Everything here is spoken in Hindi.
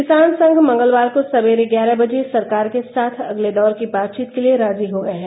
किसान संघ मंगलवार को सवेरे ग्यारह बजे सरकार के साथ अगले दौर की बातचीत के लिए राजी हो गए हैं